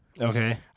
Okay